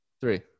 three